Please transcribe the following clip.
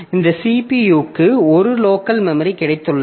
இந்த CPU க்கு ஒரு லோக்கல் மெமரி கிடைத்துள்ளது